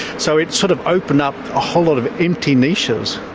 so it sort of opened up a whole lot of empty niches,